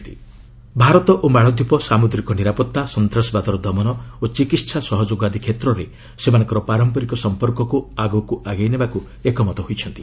India Maldives Bharat ଓ ମାଳଦୀପ ସାମୁଦ୍ରିକ ନିରାପତ୍ତା ସନ୍ତାସବାଦର ଦମନ ଓ ଚିକିତ୍ସା ସହଯୋଗ ଆଦି କ୍ଷେତ୍ରରେ ସେମାନଙ୍କର ପାରମ୍ପରିକ ସଂପର୍କକୁ ଆଗକୁ ଆଗେଇ ନେବାକୁ ଏକମତ ହୋଇଛନ୍ତି